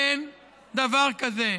אין דבר כזה,